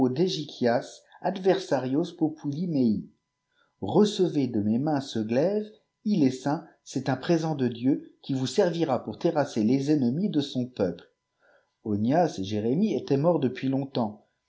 popuumeij recevez de mes mains ce glaive il est saint c'est un présent de dieu qui vous servira pour terrasser les ennemis de son peuple onias et jérémie étaient morts depuislongtemps